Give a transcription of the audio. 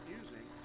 using